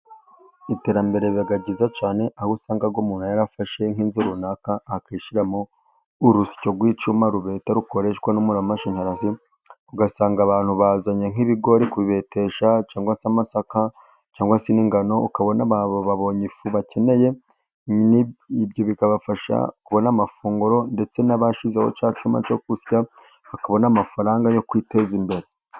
Iterambere riba ryiza cyane, aho usanga umuntu yarafashe nk'inzu runaka, akayishyiramo urusyo rw'icyuma rubeta rukoreshwa n'umuriro w'amashanyarazi, ugasanga abantu bazanye nk'ibigori ku bibetesha cyangwa se amasaka, cyangwa se n'ingano, ukabona babonye ifu bakeneye, ibyo bikabafasha kubona amafunguro, ndetse n'abashyizeho cya cyuma cyo gusya bakabona amafaranga yo kwiteza imbere.